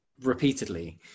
repeatedly